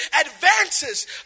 advances